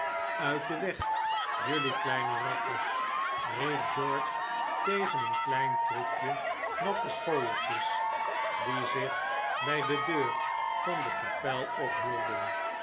uit den weg jelui kleine rakkers riep george tegen een klein troepje natte schooiertjes die zich bij de deur van de kapel ophielden